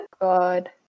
God